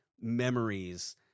memories